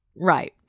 Right